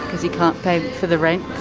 because you can't pay for the rent?